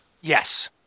Yes